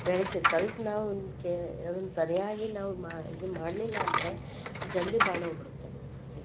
ಬೆಳೀತದೆ ಸ್ವಲ್ಪ ನಾವು ಕೇ ಅದನ್ನು ಸರಿಯಾಗಿ ನಾವು ಮಾಡು ಇದು ಮಾಡಲಿಲ್ಲಾಂದ್ರೆ ಜಲ್ದಿ ಬಾಡೋಗ್ಬಿಡುತ್ತದು ಸಸಿ